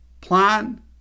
plan